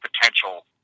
potential